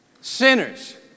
Sinners